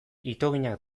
itoginak